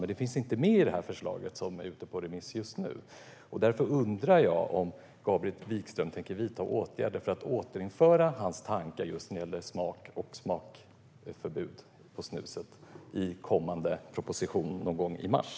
Men det finns inte med i det förslag som just nu är ute på remiss. Därför undrar jag om Gabriel Wikström tänker vidta åtgärder för att återinföra sina tankar just när det gäller smak och förbudet att ange smak på snuset i kommande proposition, någon gång i mars.